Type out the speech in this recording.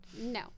no